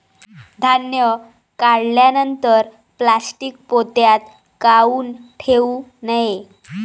धान्य काढल्यानंतर प्लॅस्टीक पोत्यात काऊन ठेवू नये?